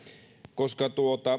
koska